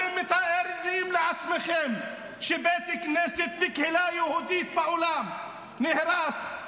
אתם מתארים לעצמכם שבית כנסת בקהילה יהודית בעולם נהרס,